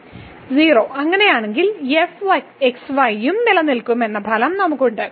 0 അങ്ങനെയാണെങ്കിൽ fxy യും നിലനിൽക്കും എന്ന ഫലം നമുക്കുണ്ട്